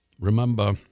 remember